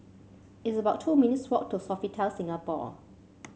it's about two minutes' walk to Sofitel Singapore